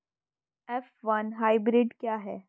F one hybrid क्या है?